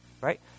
right